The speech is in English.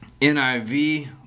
NIV